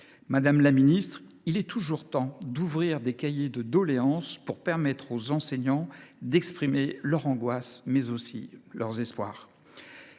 Madame la ministre, il est toujours temps d’ouvrir des cahiers de doléances pour permettre aux enseignants d’exprimer leurs angoisses, mais aussi leurs espoirs